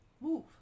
Move